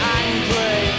angry